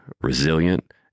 resilient